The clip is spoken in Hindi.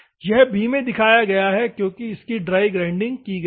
यह बी में दिखाया गया है क्योंकि इसकी ड्राई ग्राइंडिंग की गयी है